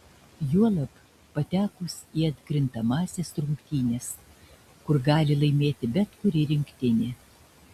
juolab patekus į atkrintamąsias rungtynes kur gali laimėti bet kuri rinktinė